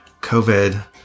COVID